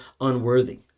unworthy